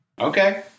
Okay